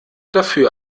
dafür